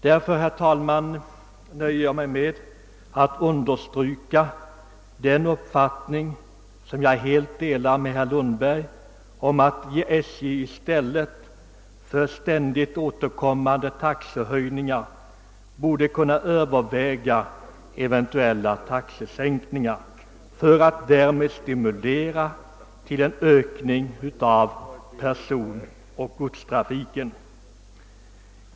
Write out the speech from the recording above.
Därför nöjer jag mig med att understryka herr Lundbergs uppfattning, som jag helt delar, att SJ i stället för ständigt återkommande taxehöjningar borde överväga eventuella taxesänkningar för att därmed stimulera personoch godstrafiken.